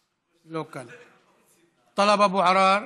לא כאן, טלב אבו עראר,